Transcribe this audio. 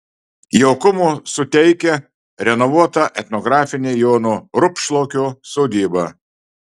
jaukumo suteikia renovuota etnografinė jono rupšlaukio sodyba